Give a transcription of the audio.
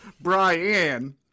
brian